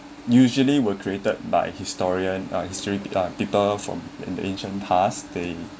usually were created by historian uh history uh people from an ancient past they